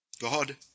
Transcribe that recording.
God